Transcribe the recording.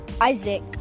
isaac